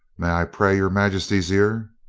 may i pray your majesty's ear?